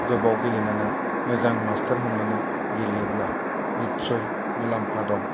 गोबाव गेलेनानै मोजां मास्टार हमनानै गेलेयोब्ला नितचय मुलाम्फा दं